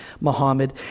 Muhammad